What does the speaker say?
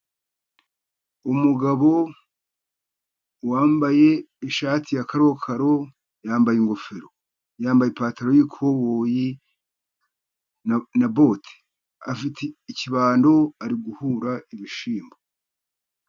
Umugabo wambaye ishati ya karokaro, yambaye ingofero, yambaye ipataro y'ikoboyi na bote, afite ikibando ari guhura ibishyimbo.